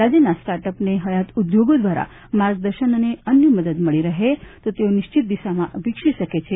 રાજ્યના સ્ટાર્ટ અપ્સને હયાત ઉદ્યોગો દ્વારા માર્ગદર્શન અને અન્ય મદદ મળી શકે તો તેઓ નિશ્ચિત દિશામાં વિકસી શકે છે